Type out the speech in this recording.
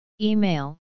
Email